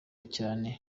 cyane